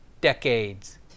decades